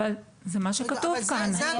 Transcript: אבל זה מה שכתוב כאן.